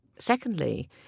Secondly